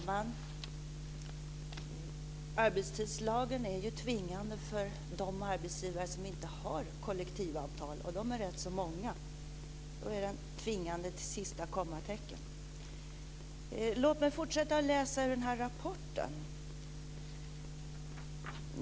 Fru talman! Arbetstidslagen är ju tvingande för de arbetsgivare som inte har kollektivavtal, och de är rätt så många. För dem är den tvingande till sista kommatecknet. Låt mig fortsätta att läsa ur rapporten.